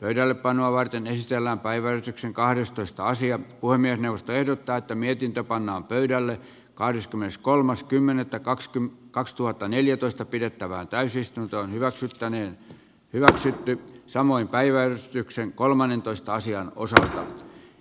pöydällepanoa varten ei siellä päivä sitten kahdestoista sija voimme tehdä tätä mietintö pannaan pöydälle kahdeskymmeneskolmas kymmenettä kakskymppi kakstuhattaneljätoista pidettävään täysistuntoon hyvä syystä ne hyväksyttiin samoin päiväystyksen kolmannentoista asian osaa